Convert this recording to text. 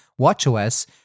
watchOS